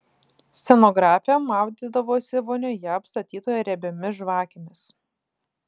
scenografė maudydavosi vonioje apstatytoje riebiomis žvakėmis